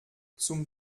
zum